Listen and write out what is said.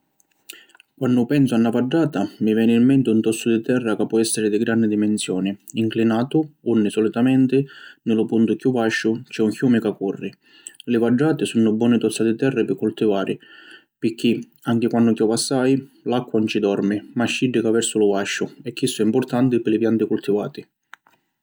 Quannu pensu a na vaddata, mi veni in menti un tozzu di terra ca pò essiri di granni dimensioni, inclinatu unni solitamenti, ni lu puntu chiù vasciu c’è un ciumi ca curri. Li vaddati sunnu boni tozza di terra pi cultivari pirchì anchi quannu chiovi assai, l’acqua ‘un ci dormi ma sciddica versu lu vasciu e chissu è importanti pi li pianti cultivati.